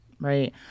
right